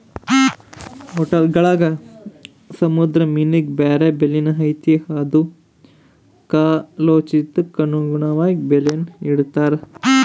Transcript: ಹೊಟೇಲ್ಗುಳಾಗ ಸಮುದ್ರ ಮೀನಿಗೆ ಬ್ಯಾರೆ ಬೆಲೆನೇ ಐತೆ ಅದು ಕಾಲೋಚಿತಕ್ಕನುಗುಣವಾಗಿ ಬೆಲೇನ ಇಡ್ತಾರ